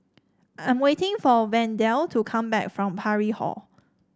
I'm waiting for Wendell to come back from Parry Hall